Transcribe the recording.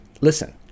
Listen